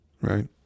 right